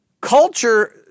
culture